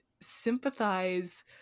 sympathize